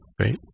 right